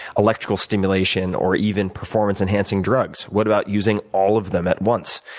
electrical stimulation, or even performance-enhancing drugs. what about using all of them at once?